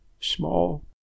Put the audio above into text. small